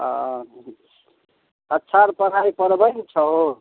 आओर अच्छा अर पढ़ाइ पढ़बय ने छहो